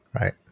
right